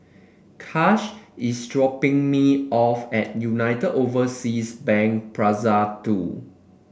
Kash is dropping me off at United Overseas Bank Plaza Two